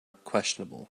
questionable